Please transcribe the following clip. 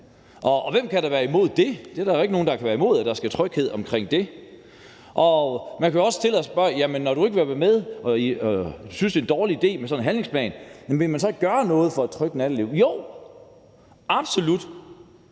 Og hvem kan da være imod det? Der er da ikke nogen, der kan være imod, at der skal være tryghed i forhold til det. Nogle tillader sig også at spørge: Jamen når du ikke vil være med, og når du synes, det er en dårlig idé med sådan en handlingsplan, vil du så ikke gøre noget for, at der kommer et trygt natteliv? Jo, absolut.